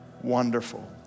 wonderful